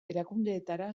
erakundeetara